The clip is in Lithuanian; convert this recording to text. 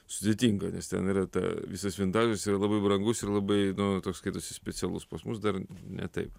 sudėtinga nes ten yra ta visas vintažas yra labai brangus ir labai nu toks skaitosi specialus pas mus dar ne taip